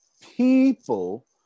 people